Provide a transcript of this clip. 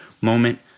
moment